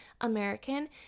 American